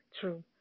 True